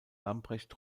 lamprecht